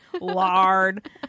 lard